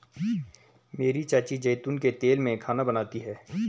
मेरी चाची जैतून के तेल में खाना बनाती है